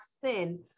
sin